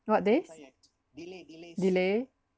what days delay